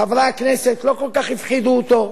חברי הכנסת לא כל כך הפחידו אותו,